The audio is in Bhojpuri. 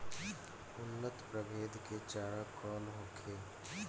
उन्नत प्रभेद के चारा कौन होखे?